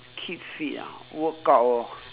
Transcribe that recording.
keep fit ah workout orh